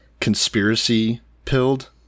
conspiracy-pilled